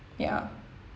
ya